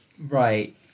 Right